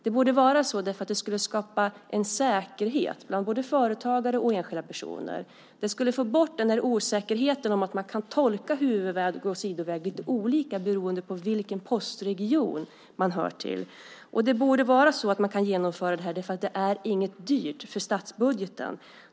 Det borde vara så därför att det skulle skapa en säkerhet bland både företagare och enskilda personer. Det skulle få bort den här osäkerheten, att man kan tolka huvudväg och sidoväg lite olika beroende på vilken postregion man hör till. Och det borde vara så att man kan genomföra det här därför att det inte är något som är dyrt för statsbudgeten.